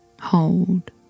hold